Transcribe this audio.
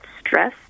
stress